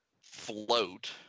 float